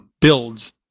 builds